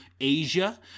Asia